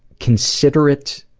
considerate,